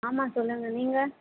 ஆமாம் சொல்லுங்கள் நீங்கள்